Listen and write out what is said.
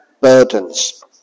burdens